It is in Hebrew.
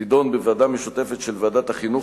תידון בוועדה המשותפת של ועדת החינוך,